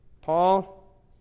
Paul